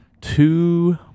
Two